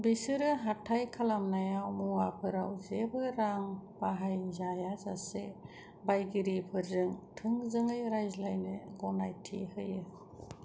बेसोरो हाथाइ खालामनायाव मुवाफोराव जेबो रां बाहायजायाजासे बायगिरिफोरजों थोंजोङै रायज्लायनो गनायथि होयो